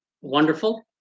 wonderful